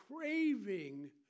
craving